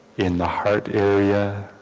in the heart area